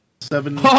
seven